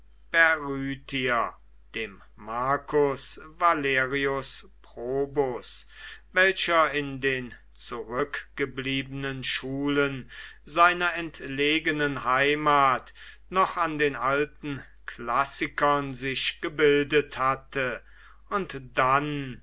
dem marcus valerius probus welcher in den zurückgebliebenen schulen seiner entlegenen heimat noch an den alten klassikern sich gebildet hatte und dann